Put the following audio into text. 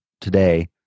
today